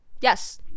Yes